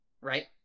Right